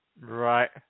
Right